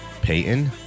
Peyton